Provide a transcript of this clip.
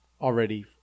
already